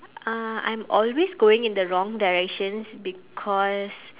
uh I'm always going in the wrong directions because